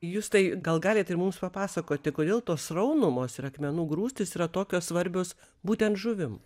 justai gal galit mums papasakoti kodėl tos sraunumos ir akmenų grūstys yra tokios svarbios būtent žuvim